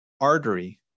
artery